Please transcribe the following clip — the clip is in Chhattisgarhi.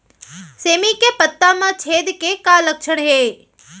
सेमी के पत्ता म छेद के का लक्षण हे?